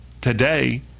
today